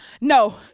no